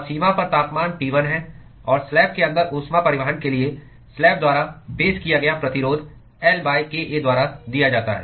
और सीमा पर तापमान T 1 है और स्लैब के अंदर ऊष्मा परिवहन के लिए स्लैब द्वारा पेश किया गया प्रतिरोध L kA द्वारा दिया जाता है